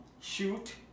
shoot